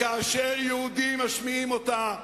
כאשר יהודים משמיעים אותה,